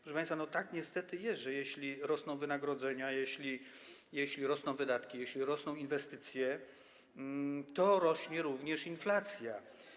Proszę państwa, tak niestety jest, że jeśli rosną wynagrodzenia, jeśli rosną wydatki, jeśli rosną inwestycje, to rośnie również inflacja.